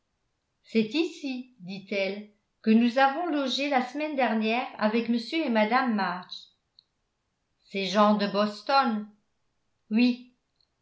c'est ici dit-elle que nous avons logé la semaine dernière avec m et mme march ces gens de boston oui